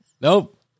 Nope